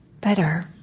better